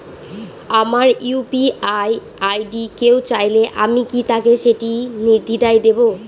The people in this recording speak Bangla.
আমার ইউ.পি.আই আই.ডি কেউ চাইলে কি আমি তাকে সেটি নির্দ্বিধায় দেব?